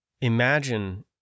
imagine